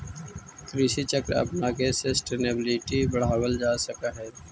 कृषि चक्र अपनाके सस्टेनेबिलिटी बढ़ावल जा सकऽ हइ